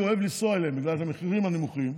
אוהב לנסוע אליהן בגלל המחירים הנמוכים.